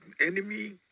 enemy